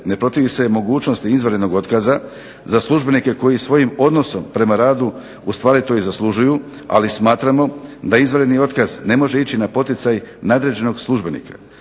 ne protivi se mogućnosti izvanrednog otkaza za službenike koji svojim odnosom prema radu ustvari to i zaslužuju, ali smatramo da izvanredni otkaz ne može ići na poticaj nadređenog službenika.